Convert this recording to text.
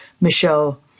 Michelle